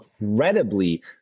incredibly